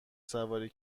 سواری